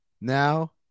Now